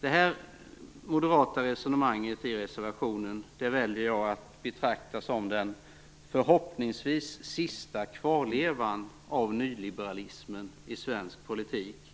Detta moderata resonemang i reservationen väljer jag att betrakta som den förhoppningsvis sista kvarlevan av nyliberalismen i svensk politik.